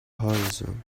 horizon